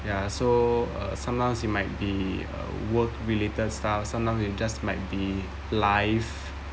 ya so uh sometimes you might be a work related stuff sometimes it just might be life